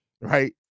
right